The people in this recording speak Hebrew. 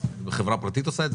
חברה פרטית עושה את זה?